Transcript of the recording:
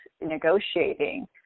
negotiating